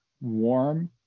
warm